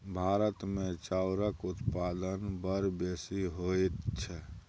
भारतमे चाउरक उत्पादन बड़ बेसी होइत छै